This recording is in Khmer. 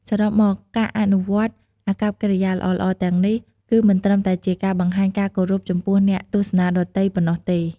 សរុបមក ការអនុវត្តអាកប្បកិរិយាល្អៗទាំងនេះ គឺមិនត្រឹមតែជាការបង្ហាញការគោរពចំពោះអ្នកទស្សនាដទៃប៉ុណ្ណោះទេ។